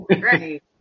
right